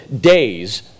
days